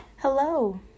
Hello